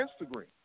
Instagram